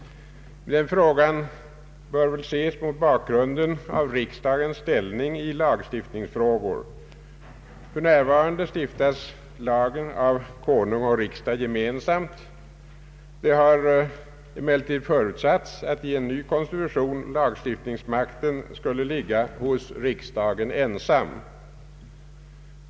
Den frågan bör väl ses mot bakgrunden av riksdagens ställning i lagstiftningsfrågor. För närvarande stiftas lag av Konung och riksdag gemensamt. Det har emellertid förutsatts att i en ny konstitution lagstiftningsmakten skulle ligga hos riksdagen ensam.